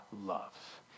love